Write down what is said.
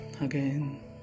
Again